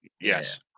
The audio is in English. Yes